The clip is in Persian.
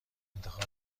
انتخاب